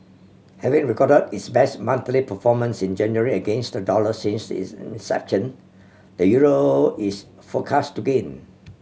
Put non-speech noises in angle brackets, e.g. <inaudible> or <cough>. having record its best monthly performance in January against the dollar since its <unintelligible> inception the euro is forecast to gain